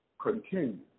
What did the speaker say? continue